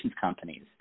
companies